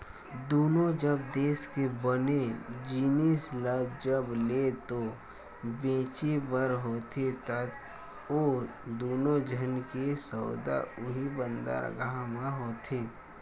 दुनों जब देस के बने जिनिस ल जब लेय ते बेचें बर होथे ता ओ दुनों झन के सौदा उहीं बंदरगाह म होथे